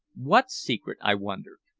what secret, i wondered?